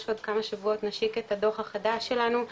עוד כמה שבועות נשיק את הדוח החדש שלנו,